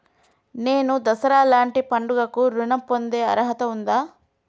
నేను దసరా లాంటి పండుగ కు ఋణం పొందే అర్హత ఉందా?